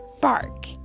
bark